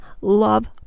love